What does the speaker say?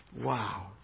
Wow